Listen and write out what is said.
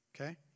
Okay